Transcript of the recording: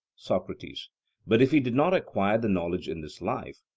socrates but if he did not acquire the knowledge in this life,